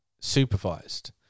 supervised